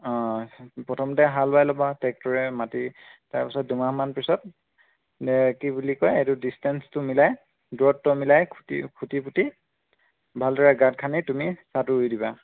অ প্ৰথমতে হাল বাই ল'বা ট্ৰেক্টৰেৰে মাটি তাৰপিছত দুমাহমান পিছত কি বুলি কয় এইটো ডিছটেঞ্চটো মিলাই দূৰত্ব মিলাই খুটি খুটি পুতি ভালদৰে গাঁত খান্দি তুমি চাহটো ৰুই দিবা